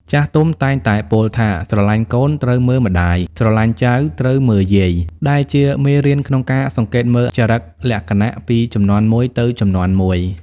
ចាស់ទុំតែងតែពោលថា "ស្រឡាញ់កូនត្រូវមើលម្ដាយ ស្រឡាញ់ចៅត្រូវមើលយាយ" ដែលជាមេរៀនក្នុងការសង្កេតមើលចរិតលក្ខណៈពីជំនាន់មួយទៅជំនាន់មួយ។